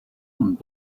und